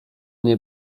nie